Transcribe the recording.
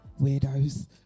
weirdos